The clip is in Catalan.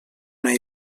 una